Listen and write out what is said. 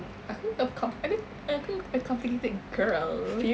aku uh com~ aku uh aku a complicated girl